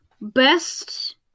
Best